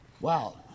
Wow